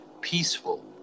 peaceful